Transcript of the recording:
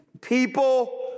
people